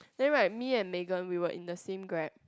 same right me and Megan we were in the same Grab